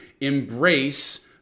embrace